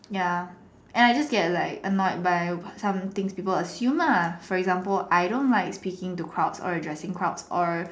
ya and I just get like annoyed by some things people assume ah for example I don't like speaking to crowds or addressing to crowds or